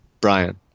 Brian